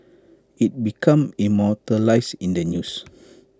IT becomes immortalised in the news